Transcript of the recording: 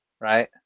right